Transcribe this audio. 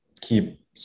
keep